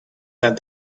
that